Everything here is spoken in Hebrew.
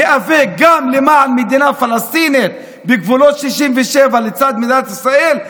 ניאבק גם למען מדינה פלסטינית בגבולות 67' לצד מדינת ישראל,